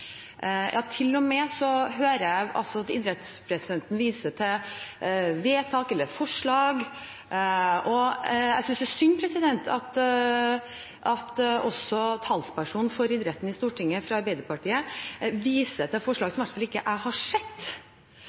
Ja, til og med hører jeg at idrettspresidenten viser til vedtak eller forslag, og jeg synes det er synd at også talspersonen for idretten i Stortinget fra Arbeiderpartiet viser til forslag som i hvert fall ikke jeg har sett.